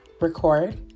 record